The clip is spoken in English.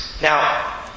Now